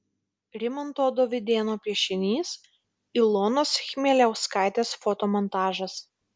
rimanto dovydėno piešinys ilonos chmieliauskaitės fotomontažas